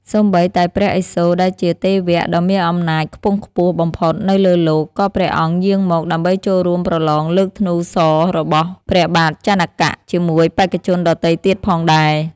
សូម្បីតែព្រះឥសូរ ដែលជាទេវដ៏មានអំណាចខ្ពង់ខ្ពស់បំផុតនៅលើលោក ក៏ព្រះអង្គយាងមក ដើម្បីចូលរួមប្រឡងលើកធ្នូសររបស់ព្រះបាទជនក ជាមួយបេក្ខជនដទៃទៀតផងដែរ។